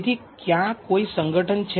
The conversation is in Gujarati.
તેથી ક્યાં કોઈ સંગઠન છે